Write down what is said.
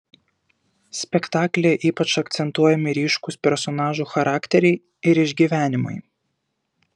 spektaklyje ypač akcentuojami ryškūs personažų charakteriai ir išgyvenimai